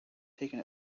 taken